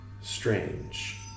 strange